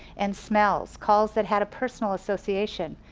and smells, calls that had a personal association.